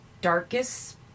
darkest